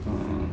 oh